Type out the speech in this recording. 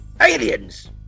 aliens